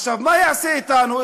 עכשיו, מה הוא יעשה אתנו?